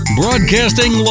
broadcasting